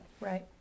Right